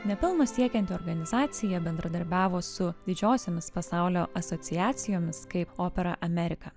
nepelno siekianti organizacija bendradarbiavo su didžiosiomis pasaulio asociacijomis kaip opera amerika